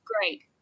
great